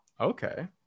okay